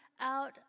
out